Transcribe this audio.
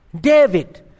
David